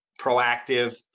proactive